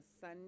sun